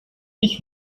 ich